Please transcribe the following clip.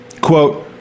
Quote